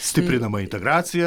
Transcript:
stiprinama integracija